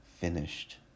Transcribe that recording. finished